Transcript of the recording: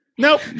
Nope